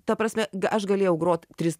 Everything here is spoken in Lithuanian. ta prasme aš galėjau grot tris